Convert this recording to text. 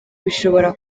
bishobora